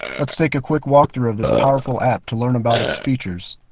let's take a quick walkthrough of this powerful app to learn about its features.